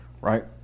right